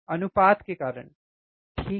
अनुपात के कारण ठीक है